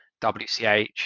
WCH